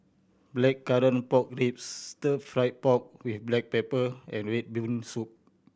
Blackcurrant Pork Ribs Stir Fried Pork With Black Pepper and red bean soup